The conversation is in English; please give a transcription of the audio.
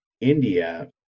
India